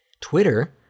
Twitter